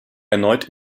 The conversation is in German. erneut